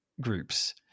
groups